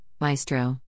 maestro